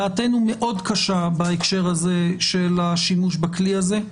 דעתנו מאוד קשה בהקשר הזה של השימוש בכלי הזה.